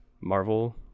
Marvel